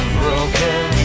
broken